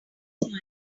money